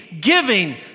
giving